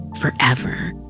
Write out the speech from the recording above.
forever